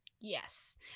Yes